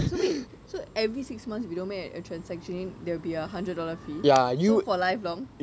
so wait so every six months if we don't make a transaction there will be a hundred dollar fee so for lifelong